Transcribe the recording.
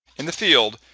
in the field,